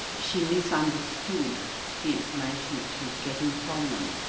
she misunderstood the information that she was getting from them,